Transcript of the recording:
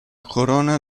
corona